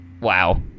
wow